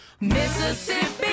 mississippi